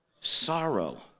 sorrow